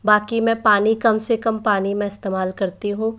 बाकी मैं पानी मैं कम से कम पानी मैं इस्तेमाल करती हूँ